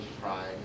pride